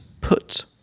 put